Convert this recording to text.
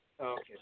Okay